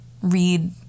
read